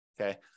okay